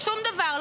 שום דבר,